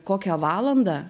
kokią valandą